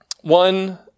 One